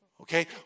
Okay